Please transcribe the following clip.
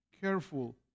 careful